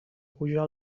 pujar